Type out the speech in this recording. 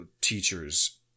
teachers